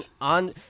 on